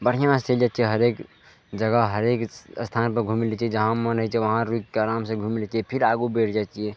बढ़िआँसँ जाइ छियै हरेक जगह हरेक स्थानपर घुमि लै छियै जहाँ मोन होइ छै वहाँ रुकि कए आरामसँ घुमि लै छियै फेर आगू बढ़ि जाइ छियै